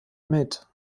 mit